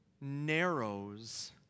narrows